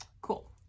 Cool